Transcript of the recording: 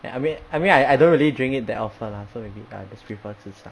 ya I mean I mean I I don't really drink it that often lah so maybe I just prefer 吃茶